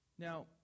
Now